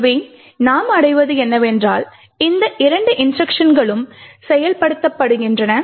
எனவே நாம் அடைவது என்னவென்றால் இந்த இரண்டு இன்ஸ்ட்ருக்ஷன்களும் செயல்படுத்தப்படுகின்றன